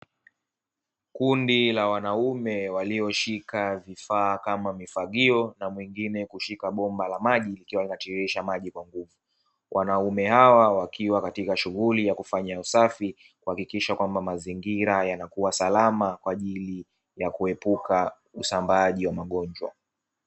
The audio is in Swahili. Kundi la wanaume walioshika vifaa kama; vifagio na lingine kushika bomba la maji likiwa linatiririsha maji, wanaume hawa wakiwa katika shuhuli ya kufanya usafi kuhakikisha kuwa mazingira yanakuwa salama kwa ajili ya kuepuka usambaaji wa magonjwa.